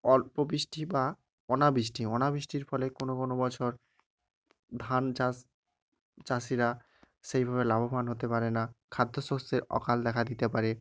অল্প বৃষ্টি বা অনাবৃষ্টি অনাবৃষ্টির ফলে কোনো কোনো বছর ধান চাষ চাষিরা সেইভাবে লাভবান হতে পারে না খাদ্য শস্যের অকাল দেখা দিতে পারে